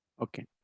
okay